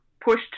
pushed